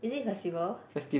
is it festival